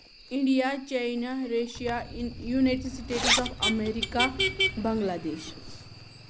India China Russia United States of America بنگلا دیش